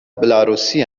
بلاروسی